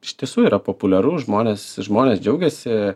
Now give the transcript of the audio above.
iš tiesų yra populiaru žmonės žmonės džiaugiasi